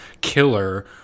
killer